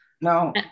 No